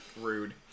rude